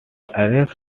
arrests